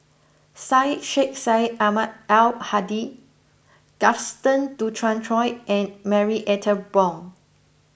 Syed Sheikh Syed Ahmad Al Hadi Gaston Dutronquoy and Marie Ethel Bong